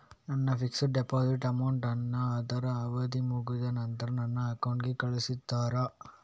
ನನ್ನ fixed deposit amount ಅನ್ನು ಅದ್ರ ಅವಧಿ ಮುಗ್ದ ನಂತ್ರ ನನ್ನ ಅಕೌಂಟ್ ಗೆ ಕಳಿಸ್ತೀರಾ?